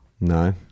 No